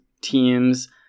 teams